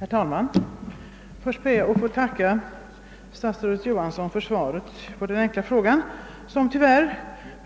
Herr talman! Jag ber att få tacka statsrådet Johansson för svaret på min enkla fråga, ehuru det